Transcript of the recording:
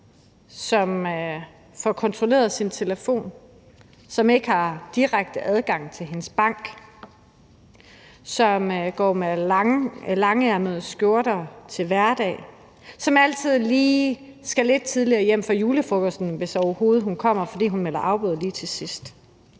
som får kontrolleret sin telefon, som ikke har direkte adgang til sin bank, som går med langærmede skjorter til hverdag, og som altid lige skal gå lidt tidligere hjem fra julefrokosten, hvis hun overhovedet kommer, fordi hun melder afbud lige til sidst?